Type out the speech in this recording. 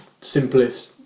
simplest